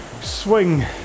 swing